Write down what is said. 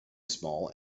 small